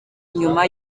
nyuma